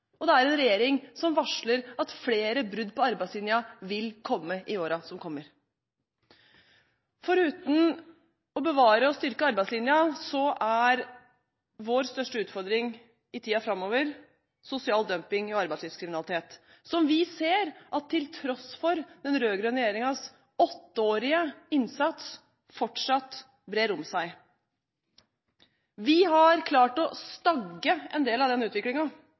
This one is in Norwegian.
og det er en regjering som varsler at flere brudd på arbeidslinjen vil komme i årene som kommer. Foruten å bevare og styrke arbeidslinjen, er vår største utfordring i tiden framover sosial dumping og arbeidslivskriminalitet, som vi ser, til tross for den rød-grønne regjeringens åtteårige innsats, fortsatt brer om seg. Vi har klart å stagge en del av den